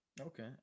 okay